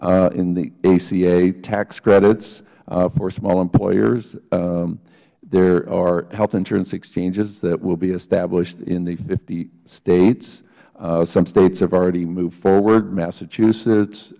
in the aca tax credits for small employers there are health insurance exchanges that will be established in the fifty states some states have already moved forward massachusetts